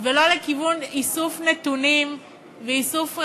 ולא לכיוון איסוף נתונים ואיסוף ראיות.